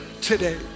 today